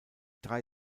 drei